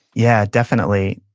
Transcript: yeah, definitely.